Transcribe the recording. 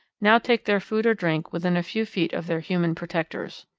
now take their food or drink within a few feet of their human protectors.